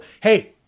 hey